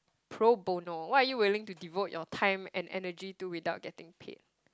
pro-bono what are you willing to devote your time and energy to without getting paid